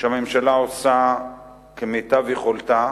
שהממשלה עושה כמיטב יכולתה,